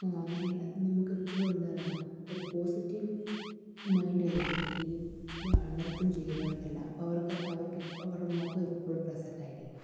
നല്ല നമുക്ക് എപ്പോഴും എന്താണ് ഒരു പോസിറ്റീവ് മൈൻഡായിരിക്കും ഈ നൃത്തം ചെയ്യുന്നവർക്കല്ലാം അപ്പോൾ അവർക്ക് അവർക്ക് അവരുടെ മുഖം എപ്പോഴും പ്ലസൻ്റായിരിക്കും